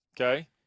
Okay